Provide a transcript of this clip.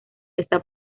está